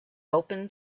open